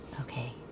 Okay